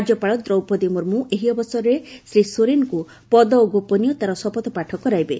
ରାଜ୍ୟପାଳ ଦ୍ରୌପଦୀ ମୁର୍ମୁ ଏହି ଅବସରରେ ଶ୍ରୀ ସୋରେନଙ୍କୁ ପଦ ଓ ଗୋପନୀୟତାର ଶପଥପାଠ କରାଇବେ